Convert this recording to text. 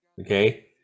okay